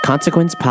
Consequence